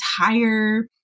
entire